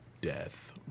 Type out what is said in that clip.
death